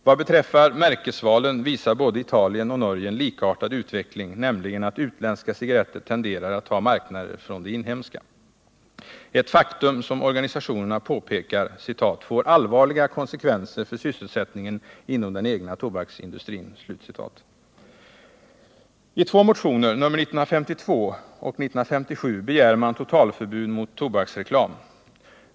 ”Vad beträffar märkesvalen visar både Italien och Norge en likartad utveckling, nämligen att utländska cigaretter tenderar att ta marknader från de inhemska.” Detta är ett faktum som organisationerna påpekar ”får allvarliga konsekvenser för sysselsättningen inom den egna tobaksindustrin”. I två motioner, nr 1952 och 1957, begär man totalförbud mot tobaksreklam.